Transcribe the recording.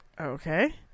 Okay